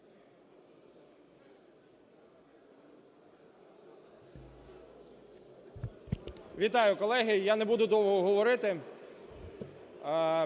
Вітаю, колеги! Я не буду довго говорити,